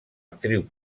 actriu